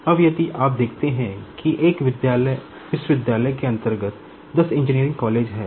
अब यदि आप देखते हैं कि एक विश्वविद्यालय के अंतर्गत 10 इंजीनियरिंग कॉलेज हैं